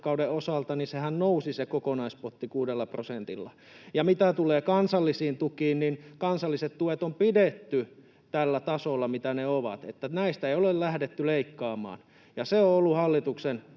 vuoden rahoituskauden osalta nousi 6 prosentilla. Ja mitä tulee kansallisiin tukiin, niin kansalliset tuet on pidetty tällä tasolla, millä ne ovat. Näistä ei ole lähdetty leikkaamaan, ja se on ollut hallituksen